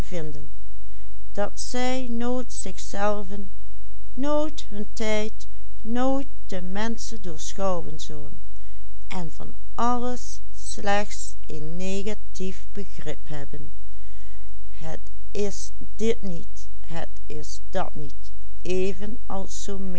nooit hun tijd nooit de menschen doorschouwen zullen en van alles slechts een negatief begrip hebben het is dit niet het is dat niet even als zoo